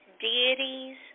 deities